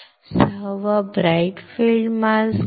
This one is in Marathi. सहावा bright field mask bright field mask